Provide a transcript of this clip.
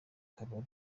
kabari